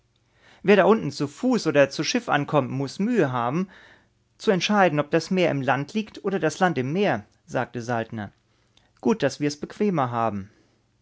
wer da unten zu fuß oder zu schiff ankommt muß mühe haben zu entscheiden ob das meer im land liegt oder das land im meer sagte saltner gut daß wir's bequemer haben